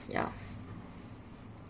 yeah